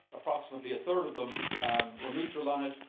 approximately a third of them were neutral on it,